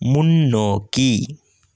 முன்னோக்கி